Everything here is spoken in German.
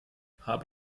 habe